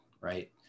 right